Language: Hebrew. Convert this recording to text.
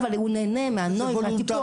מנויה סדרה של סיבות שבגללן ישוב יכול להיכנס לתוך